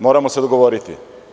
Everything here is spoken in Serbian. Moramo se dogovoriti.